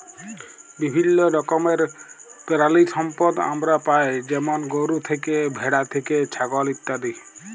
বিভিল্য রকমের পেরালিসম্পদ আমরা পাই যেমল গরু থ্যাকে, ভেড়া থ্যাকে, ছাগল ইত্যাদি